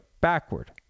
backward